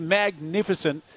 magnificent